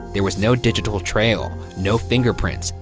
there was no digital trail, no fingerprints,